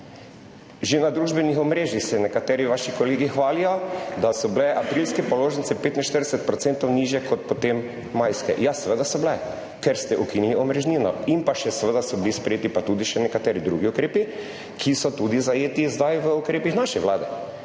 Že na družbenih omrežjih se nekateri vaši kolegi hvalijo, da so bile aprilske položnice 45 % nižje kot potem majske. Ja, seveda so bile, ker ste ukinili omrežnino. Seveda pa so bili sprejeti še nekateri drugi ukrepi, ki so zajeti tudi zdaj v ukrepih naše vlade,